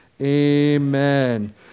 Amen